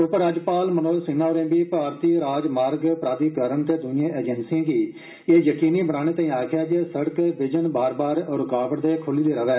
उप राज्यपाल मनोज सिन्हा होरें बी भारती राजमार्ग प्राधिकरन दे द्इएं एजेंसिएं गी ए यकीनी बनाने ताईं आक्खेआ ऐ जे सड़क बिजन बार बार रुकावट दे खुल्ली दी रवै